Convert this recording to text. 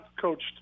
coached